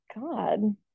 god